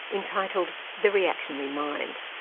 entitled the reactionary mind.